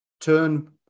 turn